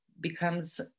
becomes